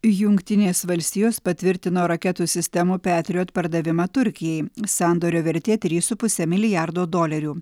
jungtinės valstijos patvirtino raketų sistemų petrijot pardavimą turkijai sandorio vertė trys su puse milijardo dolerių